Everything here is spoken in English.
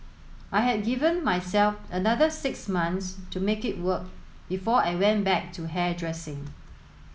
I had given myself another six months to make it work before I went back to hairdressing